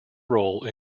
role